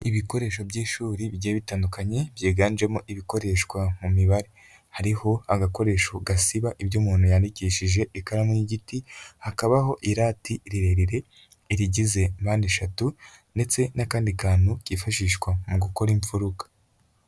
Ibikoresho by'ishuri bijye bitandukanye, byiganjemo ibikoreshwa mu mibare, hariho agakoresho gasiba ibyo umuntu yandikishije ikaramu y'igiti, hakabaho irati rirerire, irigize mpande eshatu ndetse n'akandi kantu kifashishwa mu gukora imfuruka.